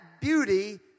beauty